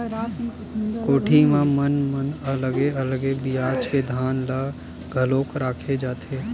कोठी मन म अलगे अलगे बिजहा के धान ल घलोक राखे जाथेन